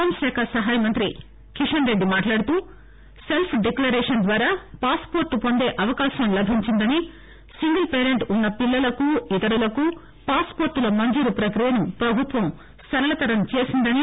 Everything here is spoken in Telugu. హోమ్ శాఖ సహాయ మంత్రి కిషన్ రెడ్డి మాట్లాడుతూ సెల్స్ డిక్లరేషన్ ద్వారా పాస్ పోర్ట్ పొందే అవకాశం లభించిందని సింగిల్ పేరెంట్ ఉన్న పిల్లలకు ఇతరులకు పాస్ పోర్టుల మంజూరు ప్రక్రియను ప్రభుత్వం సరళ తరం చేసిందని అన్నారు